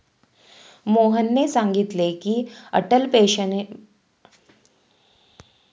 मोहनने सांगितले की, अटल पेन्शन योजनेत गुंतवणूकीस दरमहा एक हजार ते पाचहजार रुपयांपर्यंत निवृत्तीवेतन मिळते